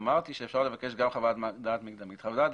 אמרתי שאפשר לבקש גם חוות דעת מקדמית.